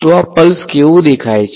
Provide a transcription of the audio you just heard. તો આ પલ્સ કેવો દેખાવ છે